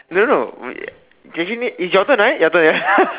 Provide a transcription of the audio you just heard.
no no we isn't it is your turn right your turn ya